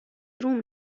روم